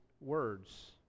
words